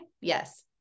Yes